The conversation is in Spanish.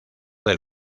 del